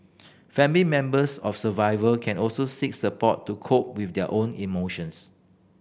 family members of survivor can also seek support to cope with their own emotions